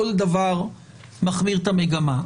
כל דבר מחמיר את המגמה.